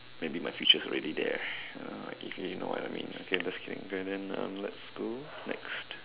maybe my future is already there uh if you know what I mean okay I'm just kidding and then um let's go next